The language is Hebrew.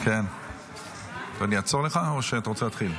אני אעצור לך או שאתה רוצה להתחיל?